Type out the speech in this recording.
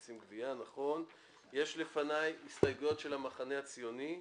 יש לפניי הסתייגויות של המחנה הציוני.